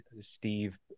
Steve